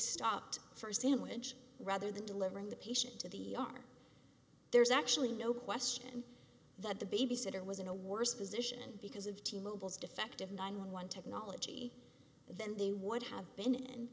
stopped for a sandwich rather than delivering the patient to the e r there's actually no question that the babysitter was in a worse position because of t mobile's defective nine one one technology then they would have been and